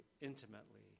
intimately